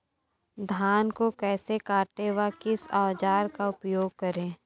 धान को कैसे काटे व किस औजार का उपयोग करें?